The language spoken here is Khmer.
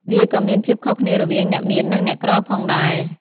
វាក៏មានភាពខុសគ្នារវាងអ្នកមាននិងអ្នកក្រផងដែរ។